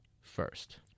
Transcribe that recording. first